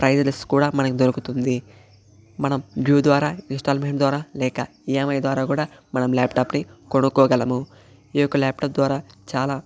price less కూడా మనకి దొరుకుతుంది మనం డ్యూ ద్వారా ఇన్స్టాల్మెంట్ ద్వారా లేక ఈఎంఐ ద్వారా కూడా మనం ల్యాప్టాప్ ని కొనుక్కోగలము ఈ యొక్క ల్యాప్టాప్ ద్వారా చాలా